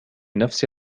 نفس